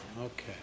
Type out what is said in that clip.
okay